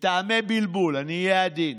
מטעמי בלבול, אני אהיה עדין,